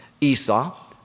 Esau